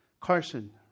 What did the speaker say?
Carson